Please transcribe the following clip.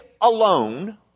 alone